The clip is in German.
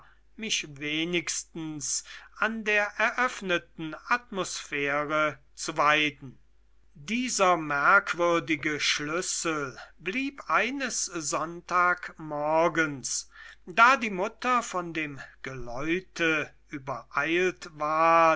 mich wenigstens an der eröffneten atmosphäre zu weiden dieser merkwürdige schlüssel blieb eines sonntagmorgens da die mutter von dem geläute übereilt ward